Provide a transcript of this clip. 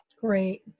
Great